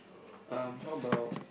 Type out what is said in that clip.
um how about